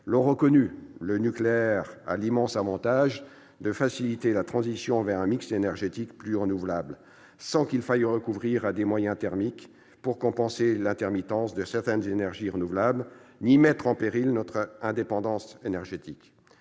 l'ont reconnu : le nucléaire a l'immense avantage de faciliter la transition vers un mix énergétique plus renouvelable sans qu'il faille recourir à des moyens thermiques pour compenser l'intermittence de certaines énergies renouvelables, ni mettre en péril notre indépendance énergétique.